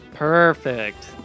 Perfect